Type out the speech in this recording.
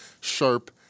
sharp